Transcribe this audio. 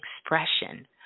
expression